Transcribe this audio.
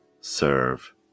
serve